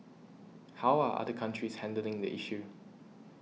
how are other countries handling the issue